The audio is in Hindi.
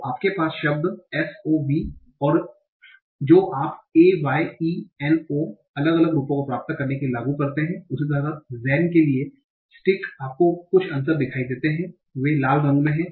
तो आपके पास शब्द sov है जो आप a y e n o अलग अलग रूपों को प्राप्त करने के लिए लागू करते हैं उसी तरह zen के लिए स्किक आपको कुछ अंतर दिखाई देते हैं वे लाल रंग में हैं